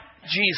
Jesus